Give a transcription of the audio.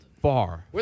Far